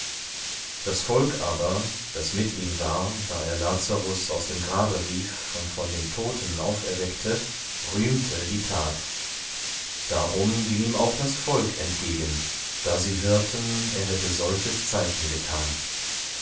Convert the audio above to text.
das volk aber das mit ihm war da er lazarus aus dem grabe rief und von den toten auferweckte rühmte die tat darum ging ihm auch das volk entgegen da sie hörten er hätte solches zeichen getan